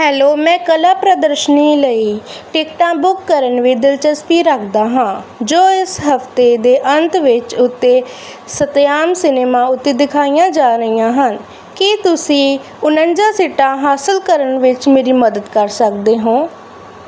hello ਮੈਂ ਕਲਾ ਪ੍ਰਦਰਸ਼ਨੀ ਲਈ ਟਿਕਟਾਂ ਬੁੱਕ ਕਰਨ ਵਿੱਚ ਦਿਲਚਸਪੀ ਰੱਖਦਾ ਹਾਂ ਜੋ ਇਸ ਹਫਤੇ ਦੇ ਅੰਤ ਵਿਚ ਉੱਤੇ ਸੱਤਿਆਮ ਸਿਨੇਮਾ ਉੱਤੇ ਦਿਖਾਈਆਂ ਜਾ ਰਹੀਆਂ ਹਨ ਕੀ ਤੁਸੀਂ ਉਣੰਜਾ ਸੀਟਾਂ ਹਾਸਲ ਕਰਨ ਵਿੱਚ ਮੇਰੀ ਮਦਦ ਕਰ ਸਕਦੇ ਹੋ